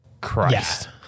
Christ